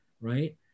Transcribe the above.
right